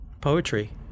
poetry